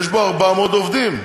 יש 400 עובדים,